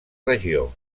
regió